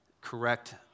correct